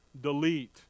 Delete